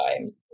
times